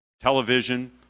television